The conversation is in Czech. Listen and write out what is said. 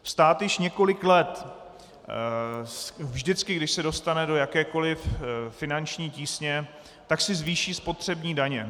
Stát již několik let, vždycky když se dostane do jakékoliv finanční tísně, tak si zvýší spotřební daně.